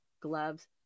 gloves